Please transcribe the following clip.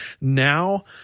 now